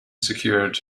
secured